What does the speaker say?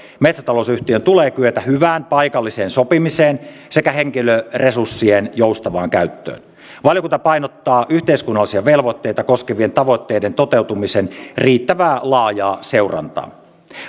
metsätalousyhtiön tulee kyetä hyvään paikalliseen sopimiseen sekä henkilöresurssien joustavaan käyttöön valiokunta painottaa yhteiskunnallisia velvoitteita koskevien tavoitteiden toteutumisen riittävää laajaa seurantaa